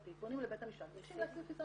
פונים לבית המשפט ומבקשים להוסיף חיסיון